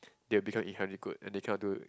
they will become in honey good and they kind of do